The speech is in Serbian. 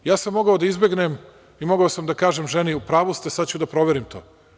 Ja sam mogao da izbegnem i mogao sam da kažem ženi da je u pravu i da ću da proverim to.